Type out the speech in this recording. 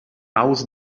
aus